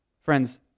Friends